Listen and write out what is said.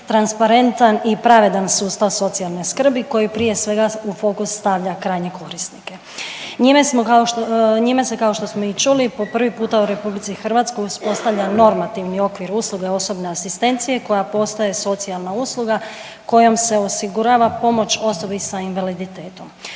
transparentan i pravedan sustav socijalne skrbi koji prije svega u fokus stavlja krajnje korisnike. Njime smo kao što, njime se kao što smo i čuli po prvi puta u RH uspostavlja normativni okvir usluge osobne asistencije koja postaje socijalna usluga kojom se osigurava pomoć osobi sa invaliditetom.